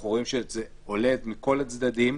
אנחנו רואים שזה עולה מכל הצדדים.